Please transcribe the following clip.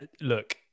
look